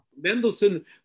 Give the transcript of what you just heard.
Mendelssohn